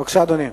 בבקשה, אדוני.